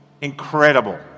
incredible